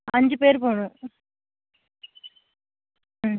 அஞ்சு பேர் போகணும் ம்